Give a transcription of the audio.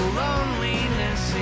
loneliness